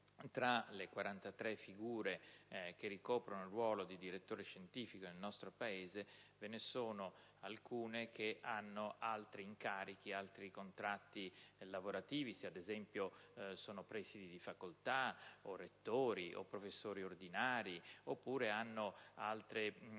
tra le 43 figure che ricoprono il ruolo di direttore scientifico nel nostro Paese ve ne sono alcune che hanno altri incarichi, altri contratti lavorativi: se, ad esempio, sono presidi di facoltà, rettori o professori ordinari, oppure hanno altri incarichi